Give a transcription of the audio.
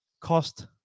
cost